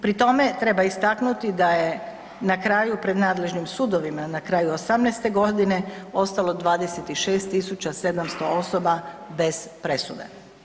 Pri tome treba istaknuti da je na kraju pred nadležnim sudovima na kraju '18. g. ostalo 26 700 osoba bez presude.